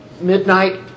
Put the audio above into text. midnight